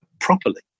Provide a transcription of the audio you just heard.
properly